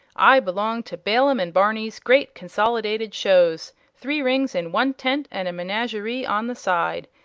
i belong to bailum and barney's great consolidated shows three rings in one tent and a menagerie on the side.